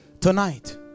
Tonight